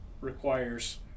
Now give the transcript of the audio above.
requires